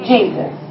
Jesus